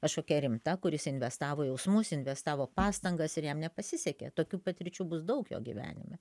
kažkokia rimta kur jis investavo jausmus investavo pastangas ir jam nepasisekė tokių patirčių bus daug jo gyvenime